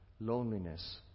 Loneliness